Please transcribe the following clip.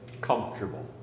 comfortable